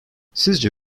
sizce